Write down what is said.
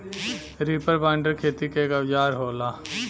reaper binder खेती क एक औजार होला